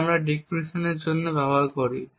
যা আমি ডিক্রিপশনের জন্য ব্যবহার করি